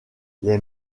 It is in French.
les